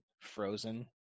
Frozen